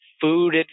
food